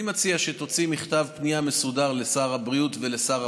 אני מציע שתוציא מכתב פנייה מסודר לשר הבריאות ולשר האוצר,